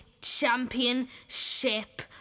championship